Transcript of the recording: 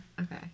Okay